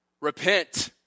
Repent